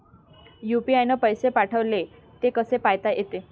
UPI न पैसे पाठवले, ते कसे पायता येते?